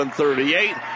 38